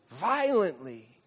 violently